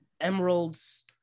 emerald's